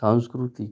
सांस्कृतिक